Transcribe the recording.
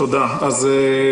תודה על ההזמנה.